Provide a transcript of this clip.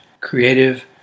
creative